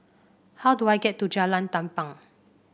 how do I get to Jalan Tampang